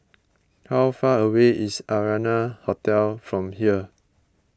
how far away is Arianna Hotel from here